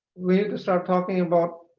we need to start talking about